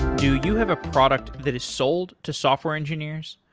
do you have a product that is sold to software engineers?